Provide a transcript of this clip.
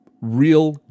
real